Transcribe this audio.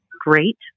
great